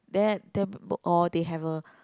then that or they have a